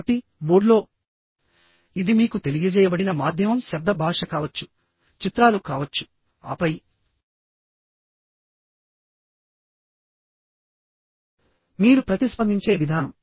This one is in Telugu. కాబట్టి మోడ్ లో ఇది మీకు తెలియజేయబడిన మాధ్యమం శబ్ద భాష కావచ్చు చిత్రాలు కావచ్చు ఆపై మీరు ప్రతిస్పందించే విధానం